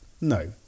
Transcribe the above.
No